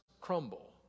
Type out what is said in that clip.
crumble